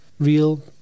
real